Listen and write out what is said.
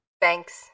Thanks